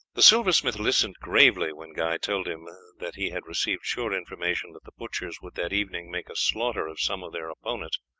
the silversmith listened gravely when guy told him that he had received sure information that the butchers would that evening make a slaughter of some of their opponents,